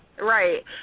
Right